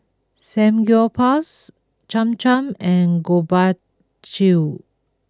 Samgyeopsal Cham Cham and Gobchang Gui